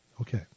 Okay